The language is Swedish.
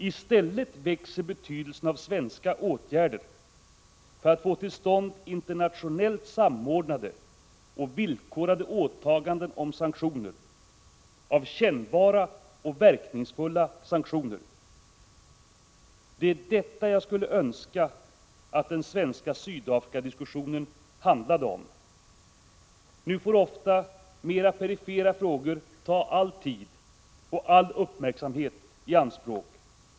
I stället växer betydelsen av svenska åtgärder för att få till stånd internationellt samordnade och villkorade åtaganden om sanktioner — kännbara och verkningsfulla sanktioner. Det är detta jag skulle önska att den svenska Sydafrikadiskussionen handlade om. Nu får ofta mera perifera frågor ta all tid och all uppmärksamhet i anspråk.